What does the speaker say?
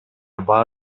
баа